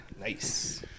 Nice